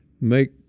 make